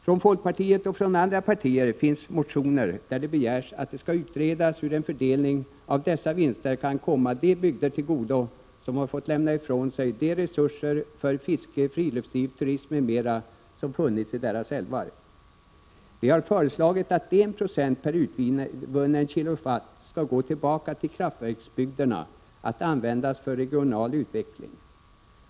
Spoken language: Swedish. Från folkpartiet och från andra partier finns det motioner där det begärs att det skall utredas hur en fördelning av dessa vinster kan komma de bygder till godo som har fått lämna ifrån sig de resurser för fiske, friluftsliv, turism m.m. som funnits i deras älvar. Vi har föreslagit att 1 26 per utvunnen kilowattimme skall gå tillbaka till kraftverksbygderna för att användas för regional utveckling.